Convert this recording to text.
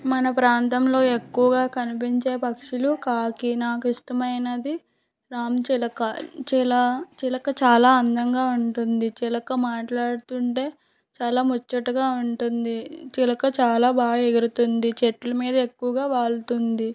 మన ప్రాంతంలో ఎక్కువగా కనిపించే పక్షులు కాకి నాకు ఇష్టమైనది రామచిలుక చిల చిలక చాలా అందంగా ఉంటుంది చిలక మాట్లాడుతుంటే చాలా ముచ్చటగా ఉంటుంది చిలక చాలా బాగా ఎగురుతుంది చెట్ల మీద ఎక్కువగా వాలుతుంది